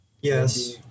yes